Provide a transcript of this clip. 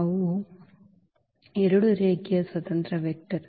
ಅವು 2 ರೇಖೀಯ ಸ್ವತಂತ್ರ ವೆಕ್ಟರ್